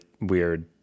weird